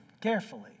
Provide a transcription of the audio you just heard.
carefully